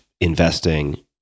investing